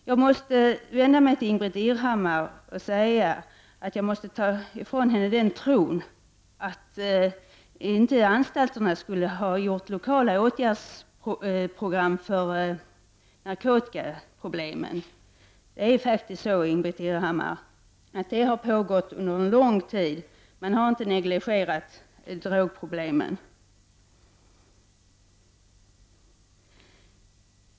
Jag måste vända mig till Ingbritt Irhammar och ta ifrån henne den tron att anstalterna inte skulle ha gjort lokala åtgärdsprogram för narkotikaproblem. Det är faktiskt så, Ingbritt Irhammar, att arbetet har pågått under en lång tid. Man har inte negligerat drogproblemen.